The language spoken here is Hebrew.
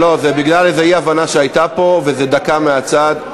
זה בגלל אי-הבנה שהייתה פה, וזה דקה מהצד.